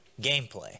gameplay